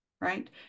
Right